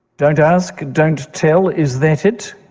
don't ask, don't tell, is that it?